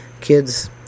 kids